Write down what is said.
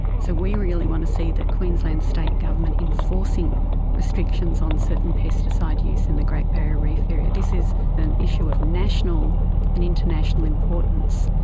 so we really want to see the queensland state government enforcing restrictions on certain pesticide use in the great barrier reef area. this is an issue of national and international importance.